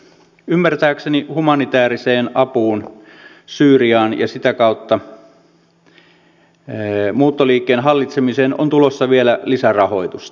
ymmärtääkseni humanitääriseen apuun syyriaan ja sitä kautta muuttoliikkeen hallitsemiseen on tulossa vielä lisärahoitusta